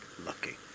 lucky